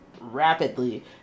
rapidly